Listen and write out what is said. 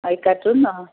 एकत कार्टुन अँ